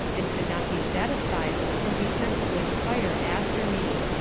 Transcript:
and could not be satisfied till he sent to enquire after me.